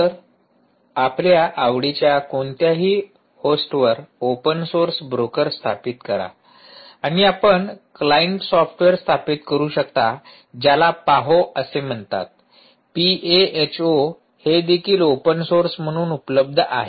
तर आपल्या आवडीच्या कोणत्याही होस्टवर ओपन सोर्स ब्रोकर स्थापित करा आणि आपण क्लाइंट सॉफ्टवेअर स्थापित करू शकता ज्याला पाहो असे म्हणतात पी ए एच ओ हे देखील ओपन सोर्स म्हणून उपलब्ध आहे